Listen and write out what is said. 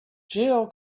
jill